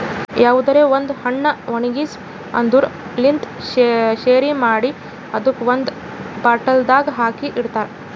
ಯಾವುದರೆ ಒಂದ್ ಹಣ್ಣ ಒಣ್ಗಿಸಿ ಅದುರ್ ಲಿಂತ್ ಶೆರಿ ಮಾಡಿ ಅದುಕ್ ಒಂದ್ ಬಾಟಲ್ದಾಗ್ ಹಾಕಿ ಇಡ್ತಾರ್